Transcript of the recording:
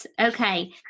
Okay